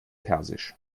persisch